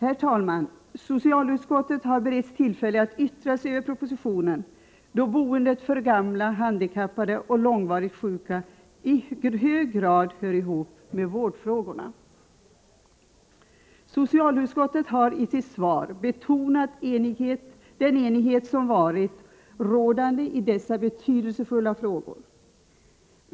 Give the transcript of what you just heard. Herr talman! Socialutskottet har beretts tillfälle att yttra sig över propositionen, då boendet för gamla, handikappade och långvarigt sjuka i hög grad hör ihop med vårdfrågorna. Socialutskottet har i sitt yttrande betonat den enighet som varit rådande i dessa betydelsefulla frågor.